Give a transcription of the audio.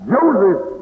Joseph